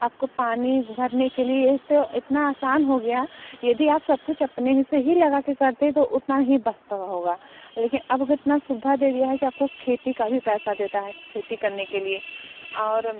आपको पानी भरने के लिए तो इतना आसान हो गया यदि आप सब कुछ अपने ही से ही लगा कर करते तो उतना ही बचता होगा लेकिन अब कितना सुवधा दे दिया है कि आपको खेती का भी पैसा देता है खेती करने के लिए और